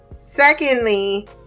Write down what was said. secondly